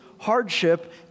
hardship